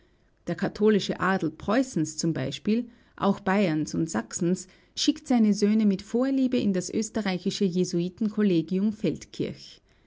der katholische adel preußens z b auch bayerns und sachsens schickt seine söhne mit vorliebe in das österreichische jesuitenkollegium feldkirch